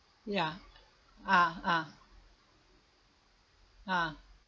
ya ah ah ah